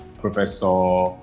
Professor